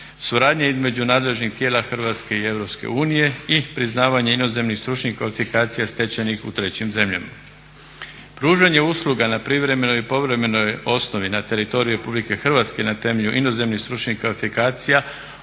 Suradnja između nadležnih tijela Hrvatske i EU i priznavanje inozemnih stručnih kvalifikacija stečenih u trećim zemljama. Pružanje usluga na privremenoj i povremenoj osnovi na teritoriju RH i na temelju inozemnih stručnih kvalifikacija